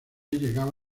llegaba